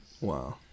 Wow